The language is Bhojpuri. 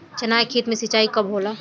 चना के खेत मे सिंचाई कब होला?